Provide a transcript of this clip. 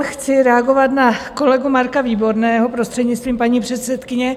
Chci reagovat na kolegu Marka Výborného, prostřednictvím paní předsedkyně.